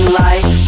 life